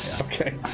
Okay